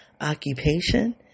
occupation